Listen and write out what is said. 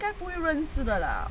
应该不会认识的啦